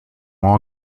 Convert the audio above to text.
all